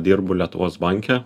dirbu lietuvos banke